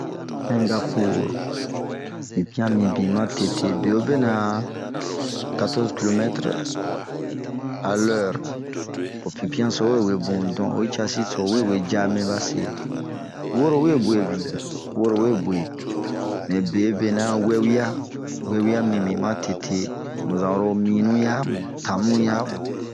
Singapure ,pinpian minbin matete, bie wobe nɛ a katɔrze kilomɛtere a lɛre, ho pinpian so we webun, donke oyi casi to ho wewe yamɛ base. Woro we guebin woro we gue, hɛn be benɛ a wewia ,wewia minbin matete, mun za'oro minu ya, tanuya.